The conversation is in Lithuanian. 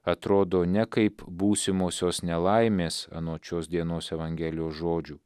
atrodo ne kaip būsimosios nelaimės anot šios dienos evangelijos žodžių